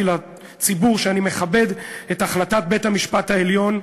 לציבור שאני מכבד את החלטת בית-המשפט העליון,